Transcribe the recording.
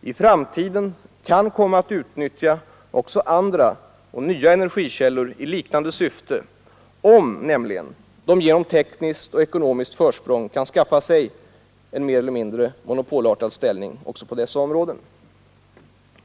i framtiden kan komma att utnyttja också andra och nya energikällor i liknande syfte, nämligen om de genom tekniskt och ekonomiskt försprång kan skaffa sig mer eller mindre monopolartad ställning också på dessa områden.